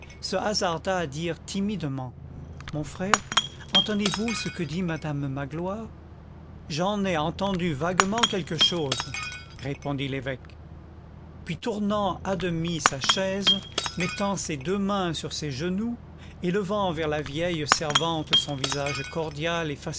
à dire timidement mon frère entendez-vous ce que dit madame magloire j'en ai entendu vaguement quelque chose répondit l'évêque puis tournant à demi sa chaise mettant ses deux mains sur ses genoux et levant vers la vieille servante son visage cordial